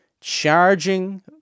charging